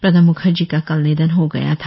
प्रणब म्खर्जी का कल निधन हो गया था